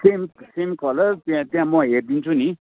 same same colour त्यहाँ त्यहाँ म हेरिदिन्छु नि